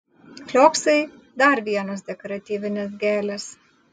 flioksai dar vienos dekoratyvinės gėlės